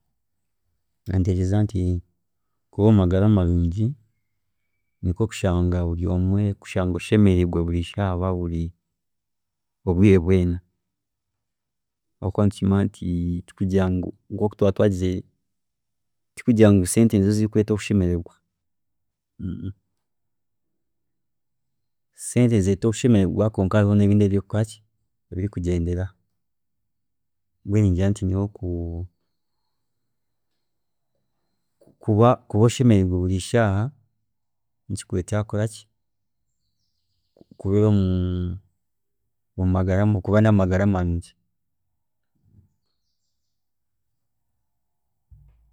Ninteekyereza nti kuba omu magara marungi ninkokushanga obumwe oshemeriirwe buri shaaha oba buri obwiire bwoona, habwokuba nitukimanya nti tikugira ngu twagizire, tikugira ngu sente nizo zirikureeta okushemererwa, sente nizireeta okushemererwa kwonka hariho nebindi ebiri kukoraki ebiri kugyenderaho, mbwenu ningira nti nyowe kuba kuba oshemeriirwe buri shaaha nikikureetera kukora ki, kubeera ku, kuba namagara marungi.